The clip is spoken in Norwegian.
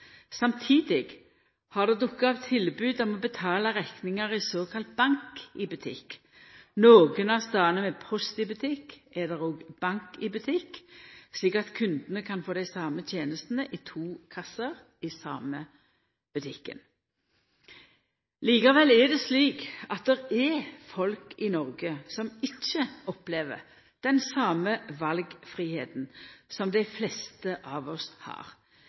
Samtidig har det dukka opp tilbod om å betala rekningar i såkalla Bank i Butikk. Nokre av stadene med Post i Butikk er det òg Bank i Butikk, slik at kundane kan få dei same tenestene i to kasser i same butikken. Likevel er det slik at det er folk i Noreg som ikkje opplever den same valfridomen som dei fleste av oss har.